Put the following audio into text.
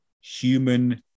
human